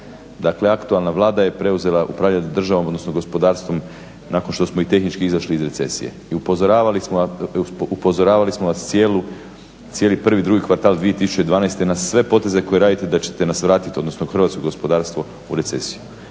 Dakle, aktualna Vlada je preuzela upravljati državom odnosno gospodarstvom nakon što smo i tehnički izašli iz recesije. I upozoravali smo vas cijeli prvi i drugi kvartal 2012. na sve poteze koje radite da ćete nas vratiti, odnosno hrvatsko gospodarstvo, u recesiju.